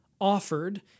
offered